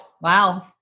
Wow